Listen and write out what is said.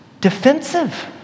defensive